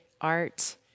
art